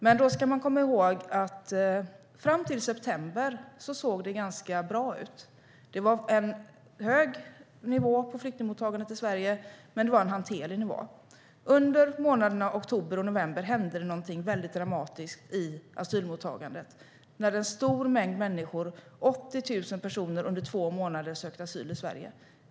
Man ska dock komma ihåg att det såg ganska bra ut fram till september. Det var en hög nivå på flyktingmottagandet, men det var en hanterlig nivå. Under månaderna oktober och november hände något väldigt dramatiskt i asylmottagandet, då en stor mängd människor - 80 000 personer - under två månader sökte asyl i Sverige.